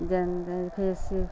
ਜਾਂਦਾ ਹੈ ਇਸੇ